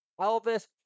Elvis